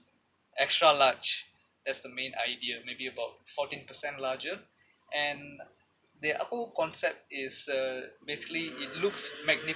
extra large that's the main idea maybe about fourteen per cent larger and the whole concept is uh basically it looks magni~